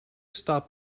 stopped